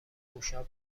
موشا